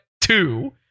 two